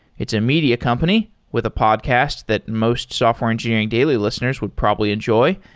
it's a media company with a podcast that most software engineering daily listeners would probably enjoy,